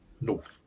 north